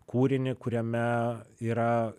kūrinį kuriame yra